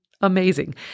amazing